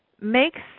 makes